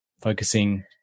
focusing